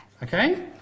Okay